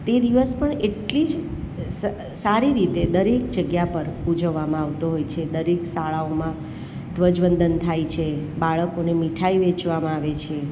તે દિવસ પણ એટલી જ સારી રીતે દરેક જગ્યા પર ઉજવવામાં આવતો હોય છે દરેક શાળાઓમાં ઘ્વજવંદન થાય છે બાળકોને મીઠાઇ વહેંચવામાં આવે છે